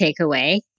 takeaway